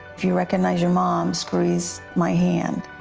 do you recognize your mom? squeeze my hand.